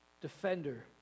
Defender